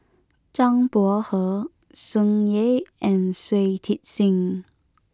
Zhang Bohe Tsung Yeh and Shui Tit Sing